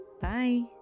Bye